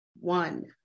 one